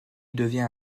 devient